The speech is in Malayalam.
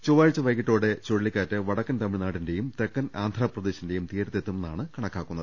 ചൊവ്വാഴ്ച വൈകീട്ടോടെ ചുഴലിക്കാറ്റ് വടക്കൻ തമഴ്നാടിന്റെയും തെക്കൻ ആന്ധ്ര പ്രദേശിന്റെയും തീരത്തെത്തു മെന്നാണ് കണക്കാക്കുന്നത്